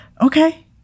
Okay